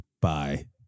Bye